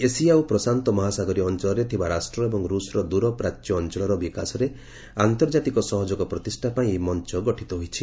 Asia ଓ ପ୍ରଶାନ୍ତମହାସାଗରୀୟ ଅଞ୍ଚଳରେ ଥିବା ରାଷ୍ଟ୍ର ଏବଂ ରୁଷର ଦୂରପ୍ରାଚ୍ୟ ଅଞ୍ଚଳର ବିକାଶରେ ଆନ୍ତର୍ଜାତିକ ସହଯୋଗ ପ୍ରତିଷ୍ଠା ପାଇଁ ଏହି ମଞ୍ଚ ଗଠିତ ହୋଇଛି